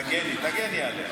תגני, תגני עליהם.